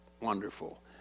wonderful